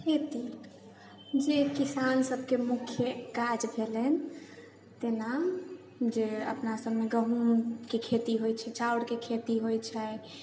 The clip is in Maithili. खेती जे किसान सबके मुख्य काज भेलनि तहिना जे अपना सबमे गहूमके खेती होइ छै चाउरके खेती होइ छै